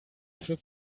flip